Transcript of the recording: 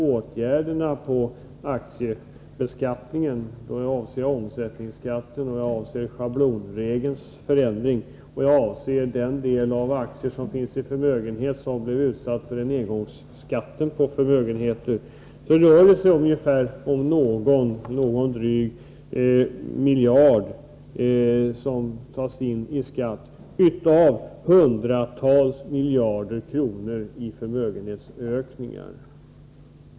Åtgärderna på aktiebeskattningens område — jag avser omsättningsskatten, schablonregelns förändring och den del av aktierna i en förmögenhet som drabbas av engångsskatten — ger en dryg miljard i skatt, av hundratals miljarder kronor i förmögenhetsökningar.